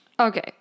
Okay